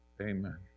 Amen